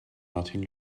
martin